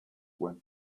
went